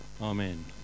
amen